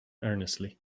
earnestly